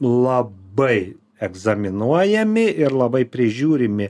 labai egzaminuojami ir labai prižiūrimi